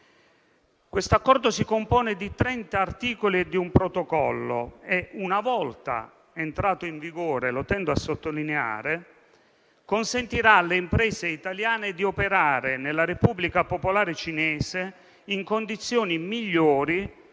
L'accordo si compone di 30 articoli e di un protocollo e, una volta entrato in vigore - tengo a sottolinearlo - consentirà alle imprese italiane di operare nella Repubblica Popolare cinese in condizioni migliori